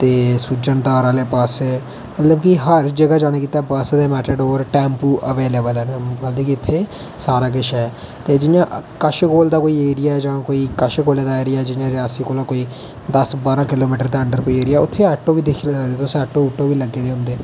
सुचन घर आहले पास्सै मतलब कि हर जगह जाने गित्तै बस ते मेटाडोर टैंपो अवेलेबल ना मतलब कि इत्थै सारा किश ऐ जियां किश कोल दा कोई ऐरिया जां कोई कश कोले दा एरिया च जियां रियासी कोला कोई दस बरां किलोमिटर दे अंडर कोई एरिया ते उत्थै आटो बी दिक्खी सकदे तुस उत्थै आटो बी लग्गे दे होंदे